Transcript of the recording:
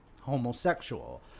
homosexual